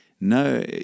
No